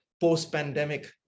post-pandemic